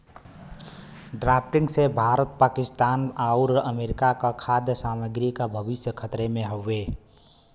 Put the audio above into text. drafting से भारत पाकिस्तान आउर America क खाद्य सामग्री क भविष्य खतरे में हउवे